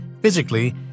Physically